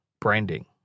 branding